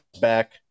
back